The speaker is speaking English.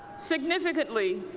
significantly,